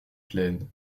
plaines